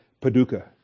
Paducah